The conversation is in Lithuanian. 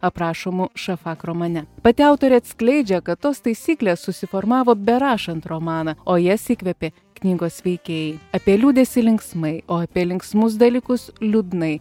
aprašomų šafak romane pati autorė atskleidžia kad tos taisyklės susiformavo berašant romaną o jas įkvėpė knygos veikėjai apie liūdesį linksmai o apie linksmus dalykus liūdnai